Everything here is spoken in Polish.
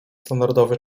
standardowy